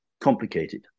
complicated